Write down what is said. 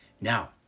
Now